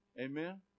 amen